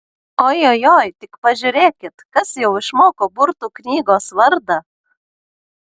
ojojoi tik pažiūrėkit kas jau išmoko burtų knygos vardą